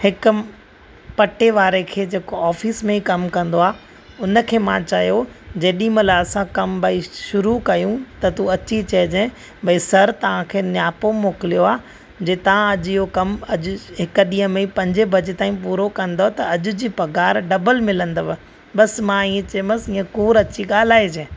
हिकु पटे वारे खे जेको ऑफिस में कमु कंदो आहे हुन खे मां चयो जेॾी महिल असां कमु भई शुरू कयूं त तू अची चइजे त सर तव्हांखे नियापो मोकिलियो आहे जे तव्हां अजु इहो कमु अॼु हिकु ॾींहं में पंज बजे ताईं पूरो कंदव त अॼ जी पघारु डबल मिलंदव बसि मां इहा चयोमांसि हीअं कूड़ु अची ॻाल्हाइजे